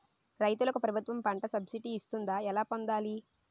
రైతులకు ప్రభుత్వం పంట సబ్సిడీ ఇస్తుందా? ఎలా పొందాలి?